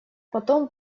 потом